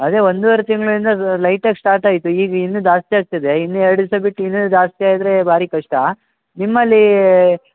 ಅದೇ ಒಂದೂವರೆ ತಿಂಗಳಿಂದ ಅದು ಲೈಟಾಗಿ ಸ್ಟಾರ್ಟಾಯಿತು ಈಗ ಇನ್ನೂ ಜಾಸ್ತಿಯಾಗ್ತಿದೆ ಇನ್ನೂ ಎರಡು ದಿವಸ ಬಿಟ್ಟು ಇನ್ನೂ ಜಾಸ್ತಿ ಆದರೆ ಭಾರೀ ಕಷ್ಟ ನಿಮ್ಮಲ್ಲಿ